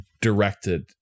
directed